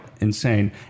insane